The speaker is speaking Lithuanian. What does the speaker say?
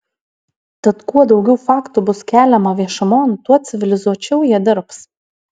tad kuo daugiau faktų bus keliama viešumon tuo civilizuočiau jie dirbs